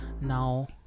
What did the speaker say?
now